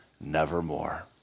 nevermore